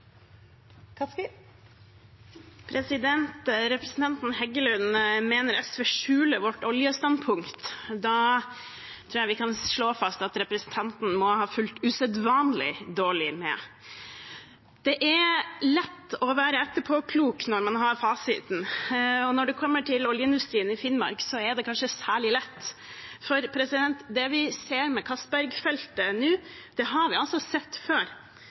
omme. Representanten Heggelund mener vi i SV skjuler vårt oljestandpunkt. Da tror jeg vi kan slå fast at representanten må ha fulgt usedvanlig dårlig med. Det er lett å være etterpåklok når man har fasiten, og når det gjelder oljeindustrien i Finnmark, er det kanskje særlig lett. For det vi ser med Johan Castberg-feltet nå, har vi sett før. Goliat-feltet er allerede utbygd, og heller ikke det har